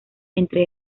entre